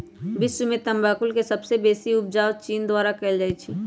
विश्व में तमाकुल के सबसे बेसी उपजा चीन द्वारा कयल जाइ छै